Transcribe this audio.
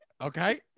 Okay